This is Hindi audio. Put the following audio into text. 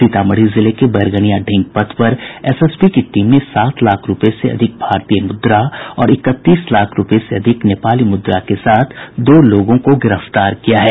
सीतामढ़ी जिले बैरगनियां ढेंग पथ पर एसएसबी की टीम ने सात लाख रूपये से अधिक भारतीय मुद्रा और इकतीस लाख रूपये से अधिक नेपाली मुद्रा के साथ दो लोगों को गिरफ्तार किया है